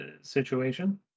situation